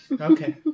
Okay